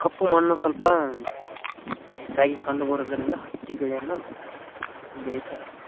ಕಪ್ಪು ಮಣ್ಣು ಸ್ವಲ್ಪ ಹೆಚ್ಚಾಗಿ ಕಂಡುಬರುವುದರಿಂದ ಹತ್ತಿ ಬೆಳೆಯನ್ನು ಬೆಳಿತಾರೆ